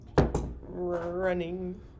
running